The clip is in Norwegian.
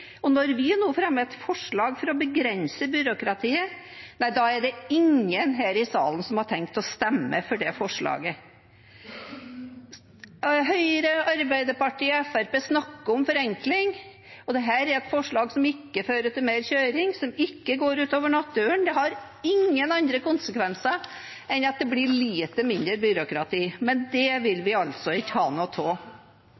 forslag for å begrense byråkratiet, er det ingen her i salen som har tenkt å stemme for det. Høyre, Arbeiderpartiet og Fremskrittspartiet snakker om forenkling. Dette er et forslag som ikke fører til mer kjøring, og som ikke går ut over naturen. Det har ingen andre konsekvenser enn at det blir litt mindre byråkrati. Men det vil